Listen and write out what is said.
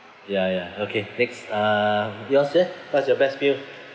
ya ya okay next uh yours leh what's your best meal